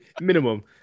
Minimum